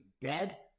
dead